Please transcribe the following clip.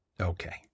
Okay